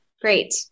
Great